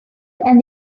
and